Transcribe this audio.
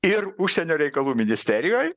ir užsienio reikalų ministerijoj